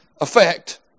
effect